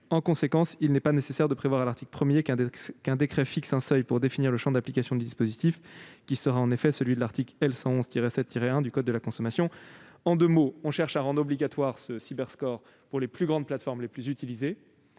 En conséquence, il n'est pas nécessaire de prévoir, à l'article 1, qu'un décret fixe un seuil pour définir le champ d'application du dispositif, qui sera en effet celui de l'article L. 111-7-1 du code de la consommation. Plus simplement, nous cherchons à rendre le Cyberscore obligatoire pour les plus grandes plateformes les plus utilisées,